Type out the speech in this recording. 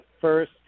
first